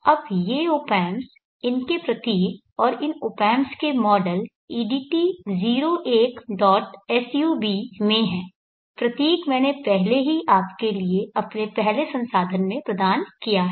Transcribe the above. अब ये op amps इनके प्रतीक और इन ऑप एम्प्स के मॉडल edt01sub में हैं प्रतीक मैंने पहले ही आपके लिए अपने पहले संसाधन में प्रदान किया है